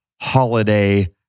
holiday